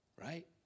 Right